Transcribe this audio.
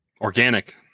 Organic